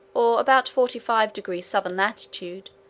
or about forty five degrees southern latitude,